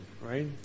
right